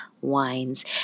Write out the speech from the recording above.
wines